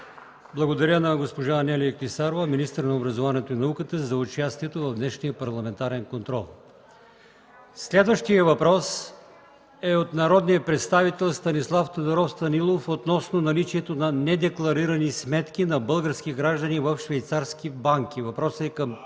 Благодаря на госпожа Анелия Клисарова – министър на образованието и науката, за участието й в днешния парламентарен контрол. Следващият въпрос е от народния представител Станислав Тодоров Станилов относно наличието на недекларирани сметки на български граждани в швейцарски банки. Въпросът е към